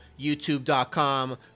youtube.com